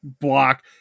block